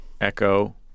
Echo